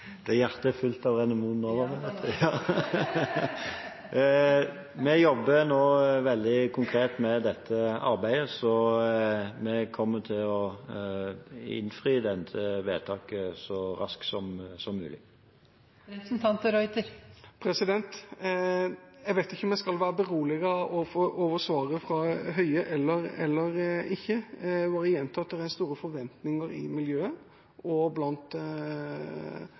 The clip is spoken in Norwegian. Det hjertet er fullt av, renner munnen over med. Ja, sånn er det. Vi jobber nå veldig konkret med dette arbeidet, så vi kommer til å innfri det vedtaket så raskt som mulig. Jeg vet ikke om jeg skal være beroliget over svaret fra Høie eller ikke. Jeg vil bare gjenta at det er store forventninger i miljøet og blant